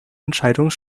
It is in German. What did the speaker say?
entscheidung